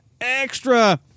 extra